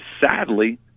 sadly